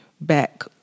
back